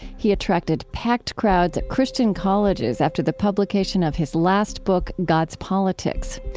he attracted packed crowds at christian colleges after the publication of his last book, god's politics.